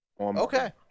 Okay